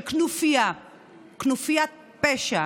אשר בוחן את הנימוקים במצב העובדתי נכון למועד בקשת ההעברה.